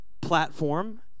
platform